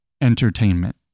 entertainment